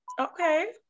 Okay